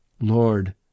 lord